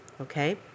okay